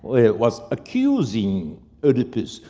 was accusing oedipus.